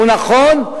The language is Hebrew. הוא נכון,